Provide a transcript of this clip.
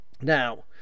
Now